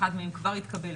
אחד מהם כבר התקבל.